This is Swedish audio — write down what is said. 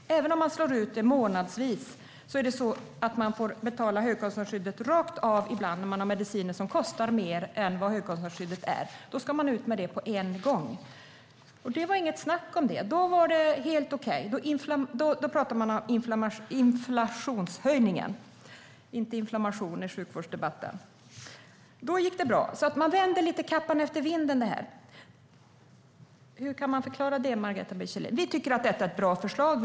Ibland kan man få betala upp till gränsen för högkostnadsskyddet rakt av, när man har mediciner som kostar mer än det som gäller för högkostnadsskyddet. Då ska man ut med det på en gång. Det var inget snack om det. Då var det helt okej. Då pratade man om inflationshöjningen. Då gick det bra. Man vänder lite kappan efter vinden. Hur kan det förklaras, Margareta B Kjellin? Vi tycker att detta är ett bra förslag.